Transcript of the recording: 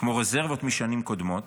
כמו רזרבות משנים קודמות,